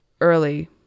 early